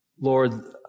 Lord